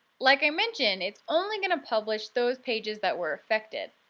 like i mentioned, it's only going to publish those pages that were affected.